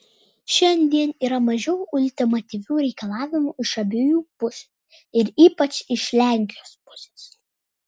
šiandien yra mažiau ultimatyvių reikalavimų iš abiejų pusių ir ypač iš lenkijos pusės